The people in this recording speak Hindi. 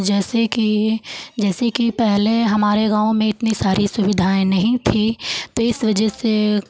जैसे कि जैसे कि पहले हमारे गाँव में इतनी सारी सुविधाएं नहीं थी तो इस वजह से